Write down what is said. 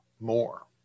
more